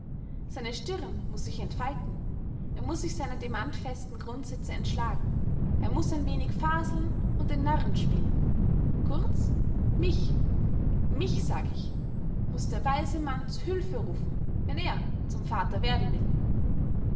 seine stirn muß sich entfalten er muß sich seiner demantfesten grundsätze entschlagen er muß ein wenig faseln und den narren spielen kurz mich mich sag ich muß der weise mann zu hülfe rufen wenn er zum vater werden will